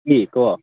কি ক'